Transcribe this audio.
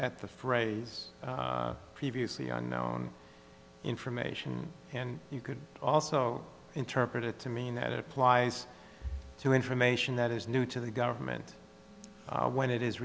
at the phrase previously unknown information and you could also interpret it to mean that it applies to information that is new to the government when it is